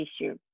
issue